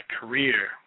career